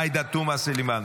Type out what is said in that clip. עאידה תומא סלימאן,